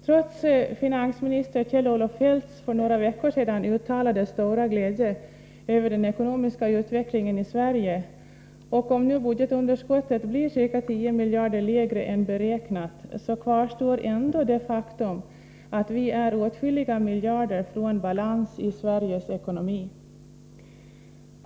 Trots finansminister Kjell-Olof Feldts för några veckor sedan uttalade stora glädje över den ekonomiska utvecklingen i Sverige — och även om nu budgetöverskottet blir ca 10 miljarder lägre än beräknat — kvarstår ändå det faktum att vi är åtskilliga miljarder från balans i Sveriges ekonomi.